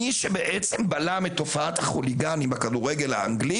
מי שבעצם בלם את תופעת החוליגנים בכדורגל האנגלי